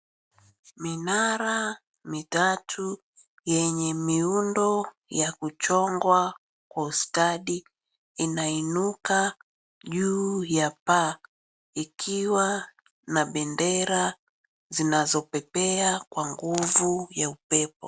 Minara mitatu yenye miundo ya kuchongwa kwa ustadi inainuka juu ya paa ikiwa na bendera zinazopepea kwa nguvu ya upepo.